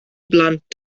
blant